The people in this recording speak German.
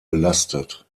belastet